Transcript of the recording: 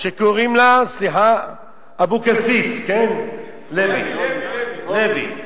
שקוראים לה אבקסיס לוי.